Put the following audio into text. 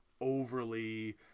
overly